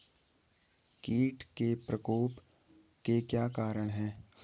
कीट के प्रकोप के क्या कारण हैं?